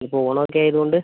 ഇപ്പോൾ ഓണോക്കോ ആയതോണ്ട്